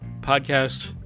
Podcast